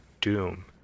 Doom